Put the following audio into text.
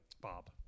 Bob